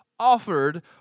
offered